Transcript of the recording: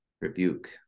rebuke